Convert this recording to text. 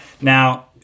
Now